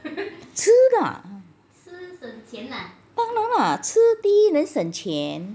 吃啦当然啦吃第一能省钱